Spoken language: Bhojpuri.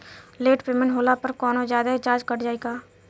लेट पेमेंट होला पर कौनोजादे चार्ज कट जायी का?